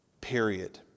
Period